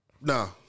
Nah